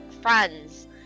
friends